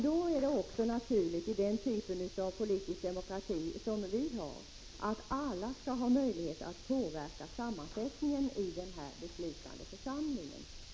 Då vore det också naturligt i den typen av politisk demokrati som vi har att alla människor skall ha möjlighet att påverka sammansättningen av denna beslutande församling.